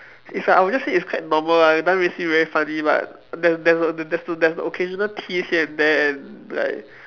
it's like I would just say it's quite normal lah it doesn't really seem very funny but there there there's there's the occasional tease here and there like